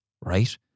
right